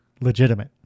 legitimate